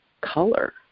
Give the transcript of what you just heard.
color